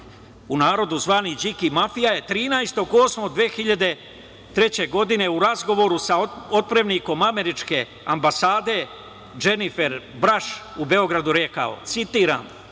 u narodu zvani Điki mafija, je 13. avgusta 2003. godine u razgovoru sa otpremnikom američke ambasade Dženifer Braš u Beogradu rekao, citiram